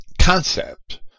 concept